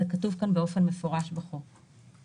זה כתוב כאן באופן מפורש בהצעת החוק.